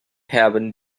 happen